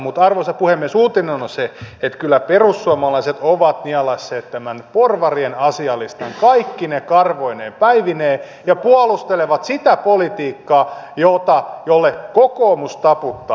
mutta arvoisa puhemies uutinen on se että kyllä perussuomalaiset ovat nielaisseet tämän porvarien asialistan kaikkine karvoineen päivineen ja puolustelevat sitä politiikkaa jolle kokoomus taputtaa